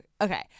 Okay